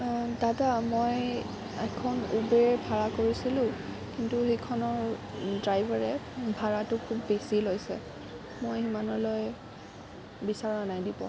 দাদা মই এখন উৱেৰ ভাড়া কৰিছিলোঁ কিন্তু সেইখনৰ ড্ৰাইভাৰে ভাড়াটো খুব বেছি লৈছে মই ইমানলৈ বিচৰা নাই দিব